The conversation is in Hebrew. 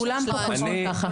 כולן פה חושבות ככה.